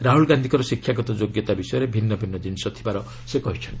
ରାହୁଲ ଗାନ୍ଧିଙ୍କ ଶିକ୍ଷାଗତ ଯୋଗ୍ୟତା ବିଷୟରେ ଭିନ୍ନ ଭିନ୍ନ ଜିନିଷ ଥିବାର ସେ କହିଛନ୍ତି